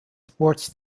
sports